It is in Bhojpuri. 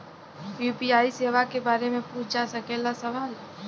यू.पी.आई सेवा के बारे में पूछ जा सकेला सवाल?